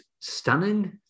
stunning